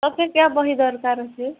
ତତେ କିରା ବହି ଦରକାର ଅଛି